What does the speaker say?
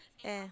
yeah